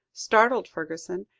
startled fergusson,